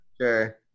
sure